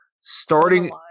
starting